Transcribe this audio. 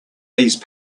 these